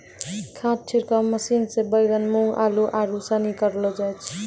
खाद छिड़काव मशीन से बैगन, मूँग, आलू, आरू सनी करलो जाय छै